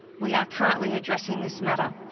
we are currently addressing this matter,